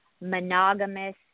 monogamous